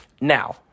Now